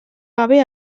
gabe